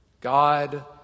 God